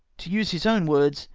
to use his own words,